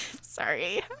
Sorry